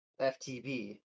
FTB